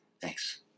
Thanks